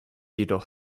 jedoch